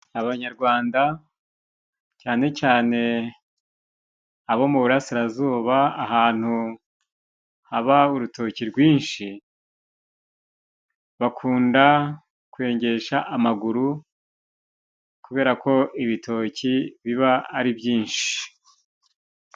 Abanyarwanda cyane cyane abo mu burasirazuba ahantu haba urutoki rwinshi, bakunda kwengesha amaguru kubera ko ibitoki biba ari byinshi.